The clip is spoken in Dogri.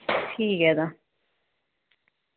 ठीक ऐ तां